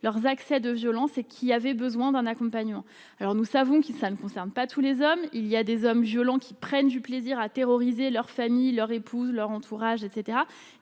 leurs accès de violence et qui avait besoin d'un accompagnement alors nous savons qui ça ne concerne pas tous les hommes, il y a des hommes violents qui prennent du plaisir à terroriser leur famille leur épouse, leur entourage, etc,